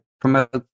promote